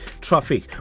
traffic